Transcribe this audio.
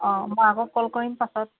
অঁ মই আকৌ কল কৰিম পাছত